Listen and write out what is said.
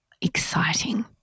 exciting